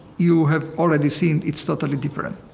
you have already seen, it's totally different.